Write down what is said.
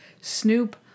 Snoop